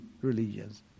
religions